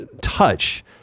touch